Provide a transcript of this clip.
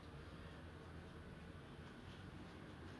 ah eh eh eh Thalapathy வந்து:thalapathi vanthu vijay தான:thaana